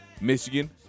Michigan